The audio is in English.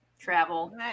Travel